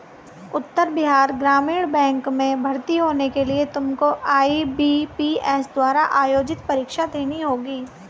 उत्तर Bihar Gramin bank में भर्ती होने के लिए तुमको आई.बी.पी.एस द्वारा आयोजित परीक्षा देनी होगी